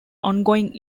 ongoing